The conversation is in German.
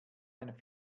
kein